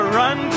run